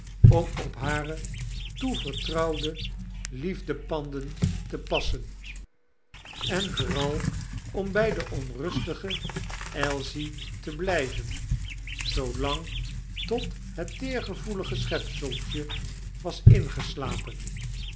verdiept omop hare toevertrouwde liefdepanden te passen en vooral om by de onrustige ailsie te bljjven zoolang tot het teergevoelige schepseltje was ingeslapen